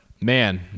man